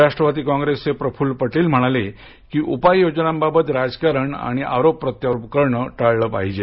राष्ट्रवादी कॉंग्रेसचे प्रफुल्ल पटेल म्हणाले की उपाय योजनांबाबत राजकारण आणि आरोप प्रत्यारोप टाळले पाहिजेत